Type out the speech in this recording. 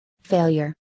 failure